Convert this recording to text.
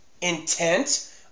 intent